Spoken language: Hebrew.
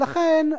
ולכן,